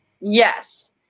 Yes